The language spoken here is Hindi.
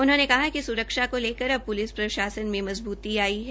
उन्होंने कहा कि सुरक्षा को लेकर अब प्रलिस प्रशासन में मजबूती आई है